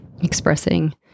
expressing